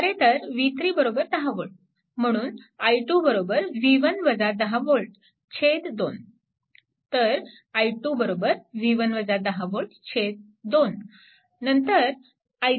म्हणून i2 2 तर i2 2 नंतर i3